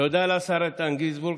תודה לשר איתן גינזבורג,